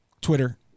Twitter